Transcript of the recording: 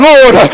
Lord